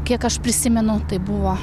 kiek aš prisimenu tai buvo